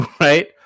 right